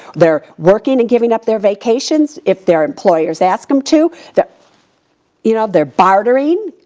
they're working and giving up their vacations if their employers ask them to. they're you know they're bartering.